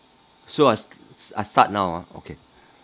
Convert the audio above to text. so I st~ I start now ah okay